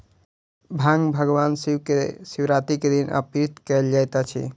भांग भगवान शिव के शिवरात्रि के दिन अर्पित कयल जाइत अछि